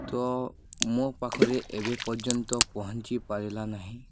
ତ ମୋ ପାଖରେ ଏବେ ପର୍ଯ୍ୟନ୍ତ ପହଞ୍ଚି ପାରିଲା ନାହିଁ